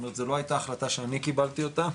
זאת לא היתה החלטה שאני קיבלתי אותה,